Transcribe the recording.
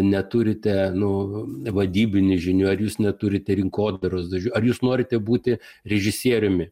neturite nu vadybinių žinių ar jūs neturite rinkodaros žodžiu ar jūs norite būti režisieriumi